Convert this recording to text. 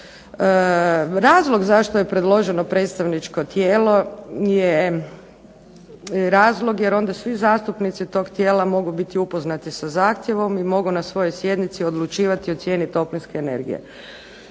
Razlog zašto je predloženo predstavničko tijelo je razlog, jer onda svi zastupnici tog tijela mogu biti upoznati sa zahtjevom i mogu na svojoj sjednici odlučivati o cijeni toplinske energije.